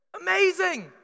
Amazing